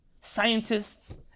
scientists